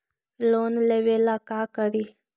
Loan लेबे ला का करि?